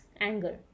anger